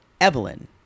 Evelyn